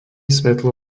svetlo